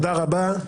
תודה רבה.